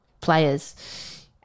players